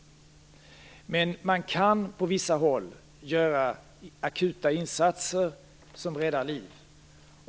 Man kan dock på vissa håll göra akuta insatser som räddar liv.